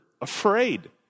afraid